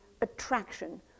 attraction